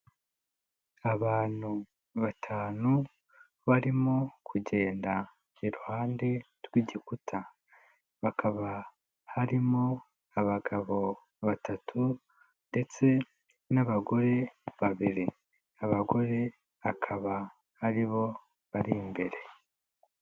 Abantu batanu barimo kugenda iruhande rw'igikuta. Bakaba harimo abagabo batatu ndetse n'abagore babiri. Abagore bakaba ari bo bari imbere.